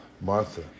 Martha